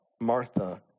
Martha